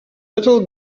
little